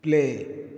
play